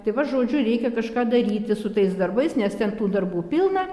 tai va žodžiu reikia kažką daryti su tais darbais nes ten tų darbų pilna